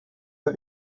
for